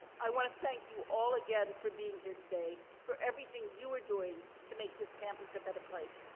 i want to thank you all again for being here today, for everything you are doing to make this campus a better place.